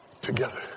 together